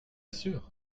sûr